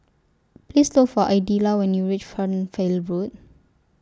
Please Look For Idella when YOU REACH Fernvale Road